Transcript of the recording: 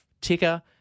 ticker